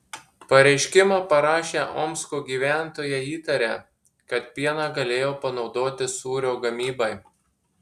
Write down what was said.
pareiškimą parašę omsko gyventojai įtaria kad pieną galėjo panaudoti sūrio gamybai